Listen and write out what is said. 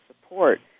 support